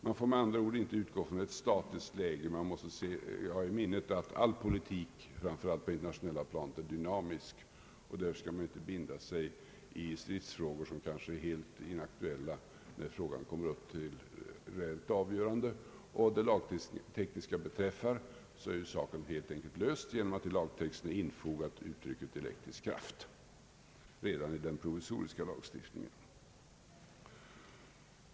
Man bör med andra ord inte utgå ifrån ett statiskt läge, utan man bör ha i minnet att all politik framför allt på det internationella planet är dynamisk och att man inte bör binda sig i stridsfrågor som kanske är helt inaktuella vid det reella avgörandet. Vad beträffar det lagtekniska spörsmålet är problemet helt enkelt löst genom att i lagtexten infogats uttrycket »elektrisk kraft» redan i den provisoriska lagstiftningen.